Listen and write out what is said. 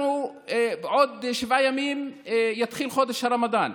בעוד שבעה ימים יתחיל חודש הרמדאן,